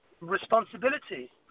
responsibility